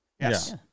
Yes